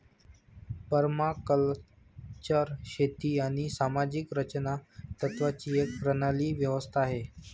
permaculture शेती आणि सामाजिक रचना तत्त्वांची एक प्रणाली व्यवस्था आहे